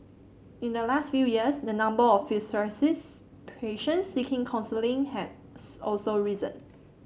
in the last few years the number of psoriasis patients seeking counselling has also risen